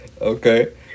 okay